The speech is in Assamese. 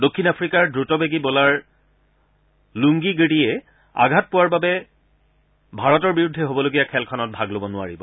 দক্ষিণ আফ্ৰিকাৰ দ্ৰুতবেগী বলাৰ লুংগি গিড়িয়ে আঘাত পোৱাৰ বাবে ভাৰতৰ বিৰুদ্ধে হ'বলগীয়া খেলখনত ভাগ ল'ব নোৱাৰিব